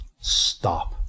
Stop